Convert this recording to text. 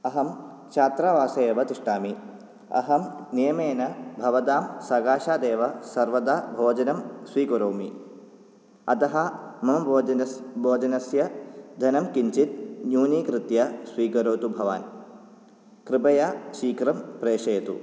अहं चात्रावासे एव तिष्टामि अहं नियमेन भवतां सकाशादेव सर्वदा भोजनं स्वीकरोमि अतः मम भोजनस् भोजनस्य धनं किञ्चित् न्यूनीकृत्य स्वीकरोतु भवान् कृपया शीघ्रं प्रेषयतु